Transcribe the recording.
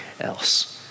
else